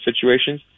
situations